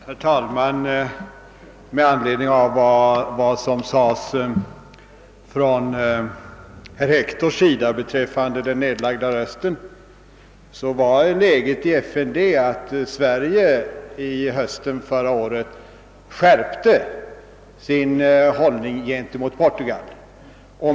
Herr talman! Med anledning av vad herr Hector sade beträffande vår nedlagda röst i FN vill jag framhålla att Sverige på hösten förra året skärpte sin hållning gentemot Portugal.